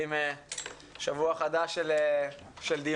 אנחנו מתחילים שבוע חדש של דיונים.